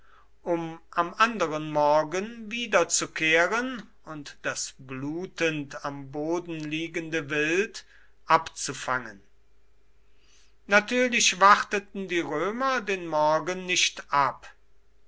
um am anderen morgen wiederzukehren und das blutend am boden liegende wild abzufangen natürlich warteten die römer den morgen nicht ab